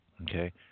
Okay